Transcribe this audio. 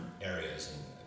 areas